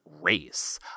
race